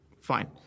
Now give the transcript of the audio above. fine